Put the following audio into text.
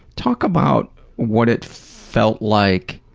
talk about what it felt like.